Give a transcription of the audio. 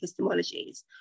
Epistemologies